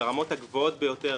זה מטופל כרגע ברמות הגבוהות ביותר.